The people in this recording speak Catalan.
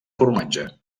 formatge